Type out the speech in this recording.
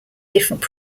different